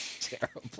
Terrible